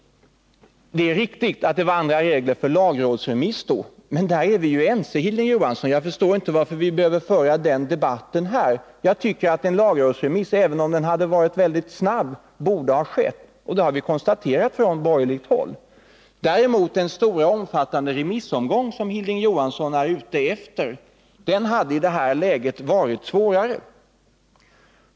Det är riktigt att det var andra regler för lagrådsremiss då. Men där är vi ense, Hilding Johansson. Jag förstår inte varför vi skall behöva föra den debatten här. En lagrådsremiss — även om den hade varit väldigt snabb — borde ha skett, och det har vi konstaterat från borgerligt håll. Den omfattande remissomgång som Hilding Johansson är ute efter hade däremot i det här läget varit svårare att genomföra.